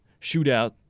shootout